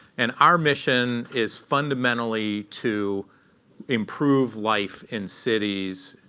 and our mission is fundamentally to improve life in cities.